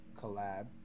collab